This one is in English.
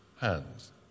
hands